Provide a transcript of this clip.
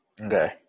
Okay